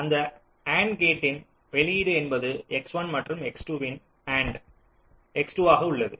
அந்த அண்ட் கேட்டின் வெளியீடு என்பது X1 மற்றும் X2 வின் அண்ட் X2 ஆக உள்ளது